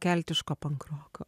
keltiško pankroko